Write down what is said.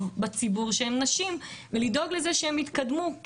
מהציבור שהן נשים ולדאוג לזה שהן יתקדמו.